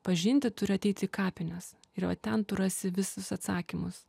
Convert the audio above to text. pažinti turi ateiti į kapines ir va ten tu rasi visus atsakymus